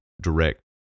direct